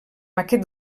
aquest